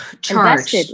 charged